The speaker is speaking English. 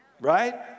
Right